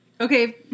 Okay